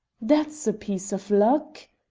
that's a piece of luck.